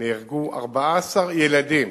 נהרגו 14 ילדים